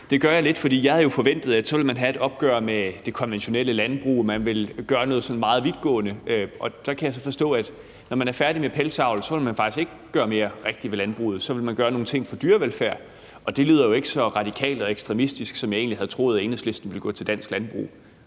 det gør jeg lidt, for jeg havde jo forventet, at så ville man have et opgør med det konventionelle landbrug, og at man ville gøre noget sådan meget vidtgående. Og der kan jeg så forstå, at når man er færdig med pelsdyravl, vil man faktisk ikke rigtig gøre mere ved landbruget. Så vil man gøre nogle ting for dyrevelfærd, og det lyder jo ikke så radikalt og ekstremistisk, som jeg egentlig havde troet at Enhedslisten ville gå til dansk landbrug.